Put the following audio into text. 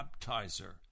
baptizer